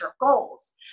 goals